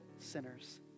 sinners